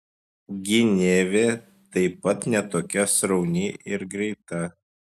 gynėvė taip pat ne tokia srauni ir greita